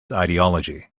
ideology